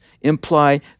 imply